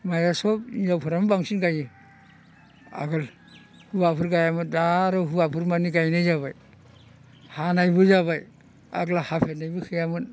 माइआ सब हिन्जावफोरानो बांसिन गायो आगोल हौवाफोर गायामोन दा आरो हौवाफोर मानि गायनाय जाबाय हानायबो जाबाय आगोलहाय हाफेरनायबो गैयामोन